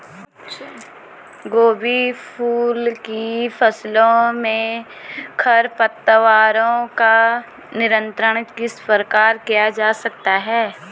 गोभी फूल की फसलों में खरपतवारों का नियंत्रण किस प्रकार किया जा सकता है?